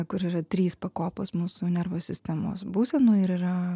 kur yra trys pakopos mūsų nervų sistemos būsenų ir yra